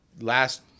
last